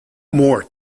more